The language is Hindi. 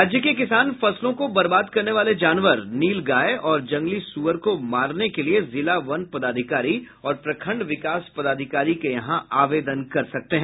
राज्य के किसान फसलों को बर्बाद करने वाले जानवर नीलगाय और जंगली सुअर को मारने के लिये जिला वन पदाधिकारी और प्रखंड विकास पदाधिकारी के यहां आवेदन कर सकते हैं